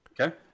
Okay